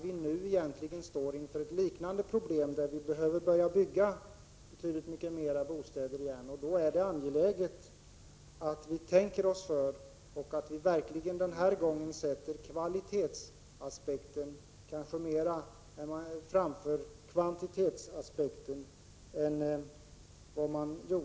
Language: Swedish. Vi står nu inför en liknande situation och behöver börja bygga betydligt fler bostäder igen, och då är det angeläget att vi tänker oss för och på ett tydligare sätt än förra gången verkligen sätter kvalitetsaspekten framför kvantitetsaspekten.